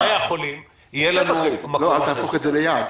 אל תהפוך את זה ליעד.